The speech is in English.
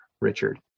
Richard